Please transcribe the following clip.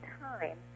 time